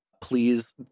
please